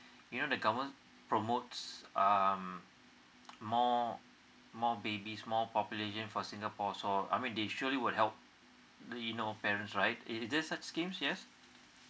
you know the government promotes um more more babies more population for singapore so I mean they surely will help you know parents right is there such schemes yes